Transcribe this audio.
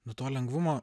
nu to lengvumo